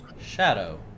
shadow